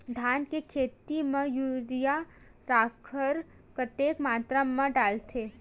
धान के खेती म यूरिया राखर कतेक मात्रा म डलथे?